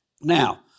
Now